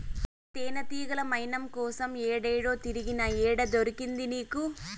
ఈ తేనెతీగల మైనం కోసం ఏడేడో తిరిగినా, ఏడ దొరికింది నీకు